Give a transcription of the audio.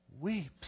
weeps